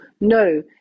No